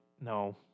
no